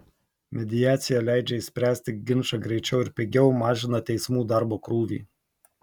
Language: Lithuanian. mediacija leidžia išspręsti ginčą greičiau ir pigiau mažina teismų darbo krūvį